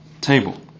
table